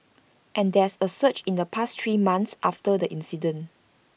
and there's A surge in the past three months after that incident